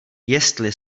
jestli